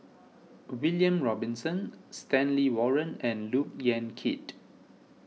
William Robinson Stanley Warren and Look Yan Kit